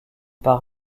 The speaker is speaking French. par